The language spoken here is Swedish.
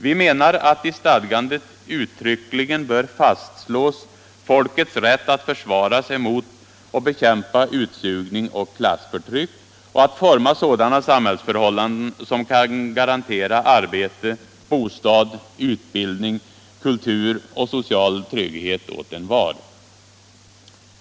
Vi menar att i stadgandet uttryckligen bör fastslås folkets rätt att försvara sig mot 41 och bekämpa utsugning och klassförtryck och att forma sådana samhällsförhållanden som kan garantera arbete, bostad, utbildning, kultur och social trygghet åt envar.